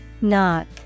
Knock